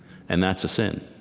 and that's a sin.